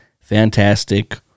Fantastic